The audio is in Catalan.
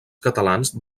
catalans